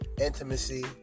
Intimacy